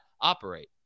operate